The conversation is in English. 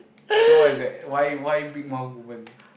so what is that why why big mouth woman